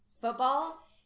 football